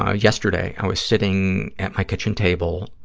ah yesterday i was sitting at my kitchen table,